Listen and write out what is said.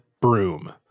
broom